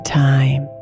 time